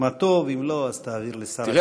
מה טוב, ואם לא, תעביר לשר החינוך.